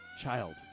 child